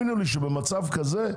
שבמצב כזה,